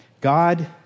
God